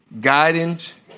guidance